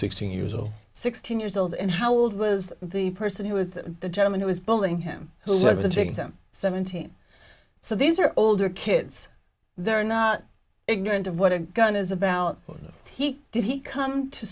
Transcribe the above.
sixteen years old sixteen years old and how old was the person who would the gentleman who was bowling him who has been taking them seventeen so these are older kids they're not ignorant of what a gun is about what he did he come to